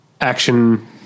action